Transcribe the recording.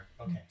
Okay